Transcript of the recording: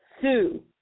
sue